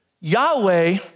Yahweh